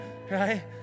Right